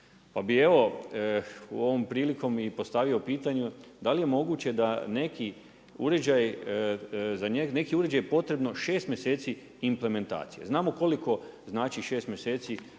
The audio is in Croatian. Pa bih evo ovom prilikom i postavio pitanje da li je moguće da neki uređaj, za neki uređaj je potrebno šest mjeseci implementacije. Znamo koliko znači šest mjeseci, a tamo